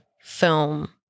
film